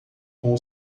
com